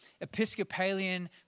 Episcopalian